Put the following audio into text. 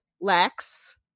lex